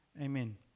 amen